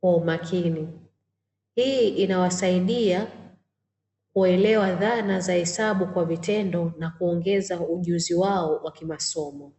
kwa umakini, hii inawasaidia kuelewa dhana za hesabu kwa vutendo na kuongeza ujuzi wao wa kimasomo.